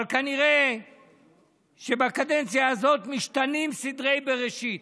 אבל כנראה שבקדנציה הזאת משתנים סדרי בראשית,